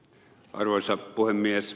arvoisa puhemies